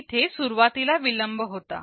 तिथे सुरुवातीला विलंब होता